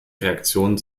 reaktionen